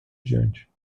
diante